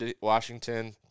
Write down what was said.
Washington